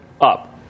up